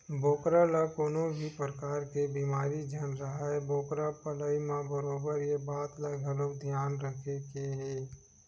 बोकरा ल कोनो भी परकार के बेमारी झन राहय बोकरा पलई म बरोबर ये बात ल घलोक धियान रखे के हे